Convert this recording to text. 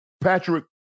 patrick